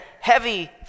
heavy